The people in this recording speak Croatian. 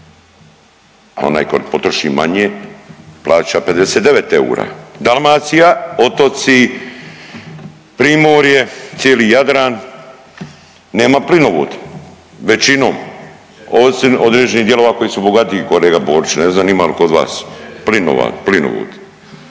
a onaj ko potroši manje plaća 59 eura. Dalmacija, otoci, primorje i cijeli Jadran nema plinovod većinom osim određenih dijelova koji su bogatiji, kolega Borić ne znam ima li kod vas plinova, plinovod.